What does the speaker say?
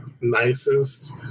nicest